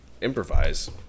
improvise